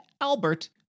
Albert